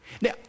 Now